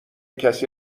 کسی